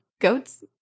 goats